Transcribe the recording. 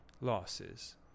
losses